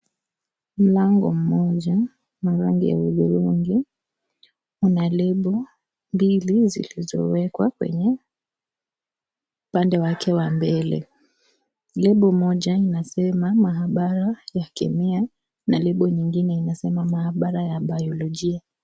Mlango mmoja lenye rangi ya udhurungi una lebo mbili zilizowekwa kwenye pande wake wa mbele lebo moja yasema mahabara ya kemia na lebo nyingine inasema mhabara ya bayolojia.